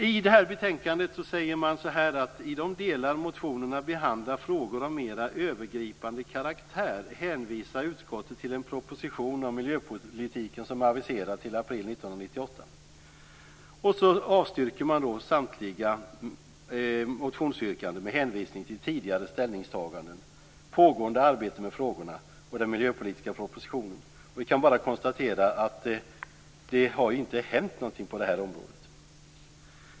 I detta betänkande sägs: I de delar som motionerna behandlar frågor av mera övergripande karaktär hänvisar utskottet till den proposition om miljöpolitiken som har aviserats till april 1998. Därefter avstyrks samtliga motionsyrkanden med hänvisning till tidigare ställningstaganden, pågående arbete med frågorna och den miljöpolitiska propositionen. Och vi kan bara konstatera att det inte har hänt något på detta område.